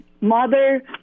mother